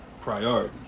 priority